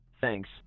thanks